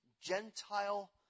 Gentile